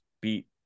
beat